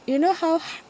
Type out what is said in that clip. you know how ha~